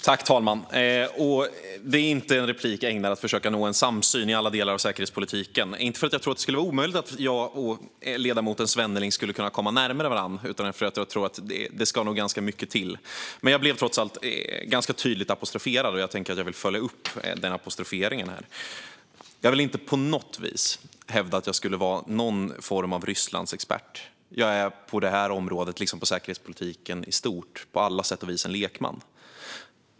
Fru talman! Detta är inte en replik ämnad att försöka nå en samsyn i alla delar av säkerhetspolitiken - inte för att jag tror att det skulle vara omöjligt att jag och ledamoten Svenneling skulle kunna komma närmare varandra utan för att jag tror att det ska ganska mycket till. Jag blev dock ganska tydligt apostroferad, och jag vill följa upp den apostroferingen här. Jag vill inte på något vis hävda att jag skulle vara någon form av Rysslandsexpert. Jag är på detta område, liksom på det säkerhetspolitiska området i stort, på alla sätt och vis en lekman.